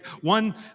one